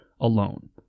alone